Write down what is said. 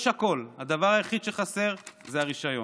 יש הכול, הדבר היחיד שחסר זה הרישיון.